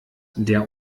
der